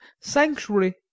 sanctuary